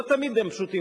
לא תמיד הם פשוטים.